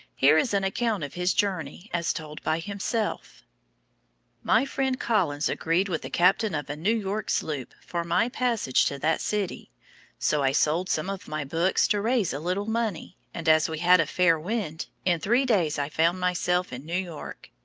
here is an account of his journey as told by himself my friend collins agreed with the captain of a new york sloop for my passage to that city tso i sold some of my books to raise a little money, and as we had a fair wind, in three days i found myself in new york,